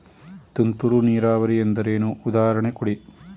ತುಂತುರು ನೀರಾವರಿ ಎಂದರೇನು, ಉದಾಹರಣೆ ಕೊಡಿ?